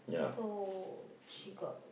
so she got